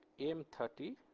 m thirty,